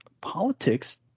politics